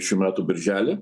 šių metų birželį